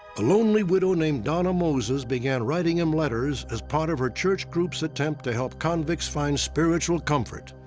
a lonely widow named donna moses began writing him letters as part of her church groups attempt to help convicts find spiritual comfort.